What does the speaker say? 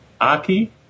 Aki